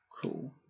Cool